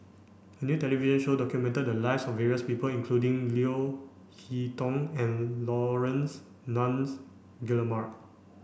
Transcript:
a new television show documented the lives of various people including Leo Hee Tong and Laurence Nunns Guillemard